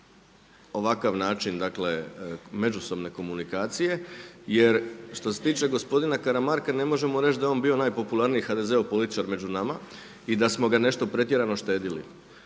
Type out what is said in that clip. ovakav način međusobne komunikacije jer što se tiče gospodina Karamarka ne možemo reći da je on bio najpopularniji HDZ-ov političar među nama i da smo ga nešto pretjerano štedili.